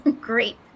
Great